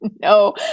no